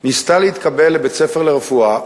ניסתה להתקבל לבית-ספר לרפואה.